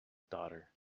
daughter